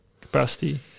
capacity